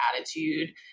attitude